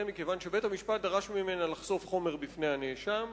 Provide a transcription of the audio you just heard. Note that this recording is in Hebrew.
מכיוון שבית-המשפט דרש ממנה לחשוף חומר בפני הנאשם,